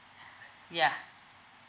yeah